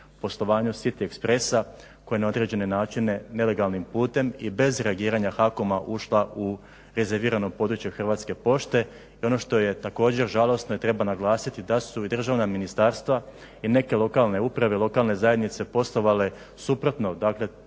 poslovanju City expressa koji na određene načine nelegalnim putem i bez reagiranja H-Com-a ušla u rezervirano područje Hrvatske pošte. I ono što je također žalosno i što treba naglasiti da su i državna ministarstva i neke lokalne uprave i lokalne zajednice poslovale suprotno dakle